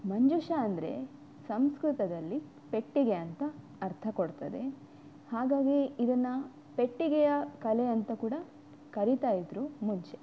ಮಂಜೂಷ ಅಂದರೆ ಸಂಸ್ಕೃತದಲ್ಲಿ ಪೆಟ್ಟಿಗೆ ಅಂತ ಅರ್ಥ ಕೊಡ್ತದೆ ಹಾಗಾಗಿ ಇದನ್ನು ಪೆಟ್ಟಿಗೆಯ ಕಲೆ ಅಂತ ಕೂಡ ಕರೀತಾ ಇದ್ದರು ಮುಂಚೆ